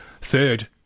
Third